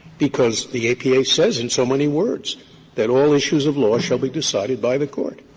because the apa says in so many words that all issues of law shall be decided by the court.